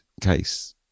case